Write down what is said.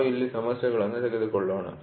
ನಾವು ಇಲ್ಲಿ ಸಮಸ್ಯೆಯನ್ನು ತೆಗೆದುಕೊಳ್ಳೋಣ